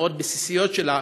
המאוד-בסיסיות שלה,